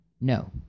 No